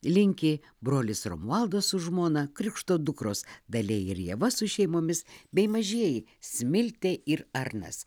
linki brolis romualdas su žmona krikšto dukros dalia ir ieva su šeimomis bei mažieji smiltė ir arnas